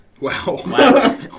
Wow